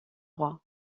droit